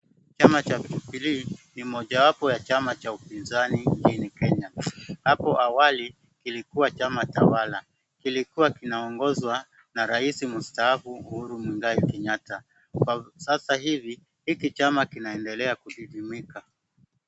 Chama cha jubilee ni moja wapo wa chama cha upinzani nchini Kenya. Hapo awali kilikuwa chama tawala. Kilikua kinaongozwa na rais mstaafu Uhuru Mwigai Kenyatta. Kwa sasa hivi hiki chama kinaendelea kudidimika.